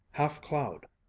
half cloud,